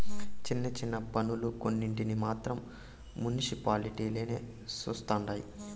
చిన్న చిన్న పన్నులు కొన్నింటిని మాత్రం మునిసిపాలిటీలే చుస్తండాయి